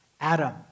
Adam